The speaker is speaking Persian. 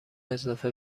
اضافه